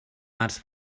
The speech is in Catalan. març